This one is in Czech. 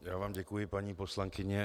Já vám děkuji, paní poslankyně.